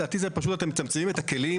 לדעתי אתם פשוט מצמצמים את הכלים.